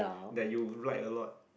that you write a lot